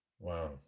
Wow